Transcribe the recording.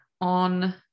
on